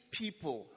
people